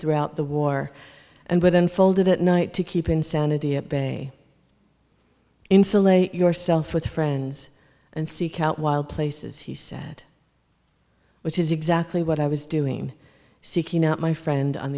throughout the war and what unfolded at night to keep insanity at bay insulate yourself with friends and seek out wild places he said which is exactly what i was doing seeking out my friend on